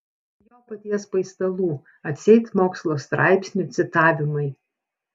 jo paties paistalų atseit mokslo straipsnių citavimai